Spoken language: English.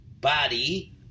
body